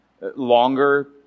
longer